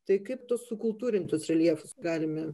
tai kaip tuos sukultūrintus reljefus galime